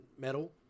metal